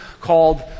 called